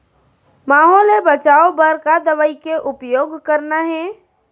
माहो ले बचाओ बर का दवई के उपयोग करना हे?